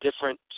different